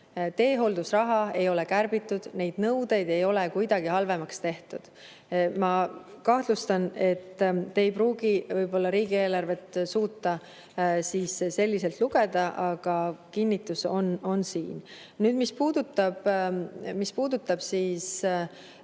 Teehooldusraha ei ole kärbitud, neid nõudeid ei ole kuidagi halvemaks tehtud. Ma kahtlustan, et te ei pruugi riigieelarvet suuta selliselt lugeda, aga kinnitus on siin olemas. Mis puudutab